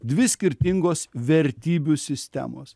dvi skirtingos vertybių sistemos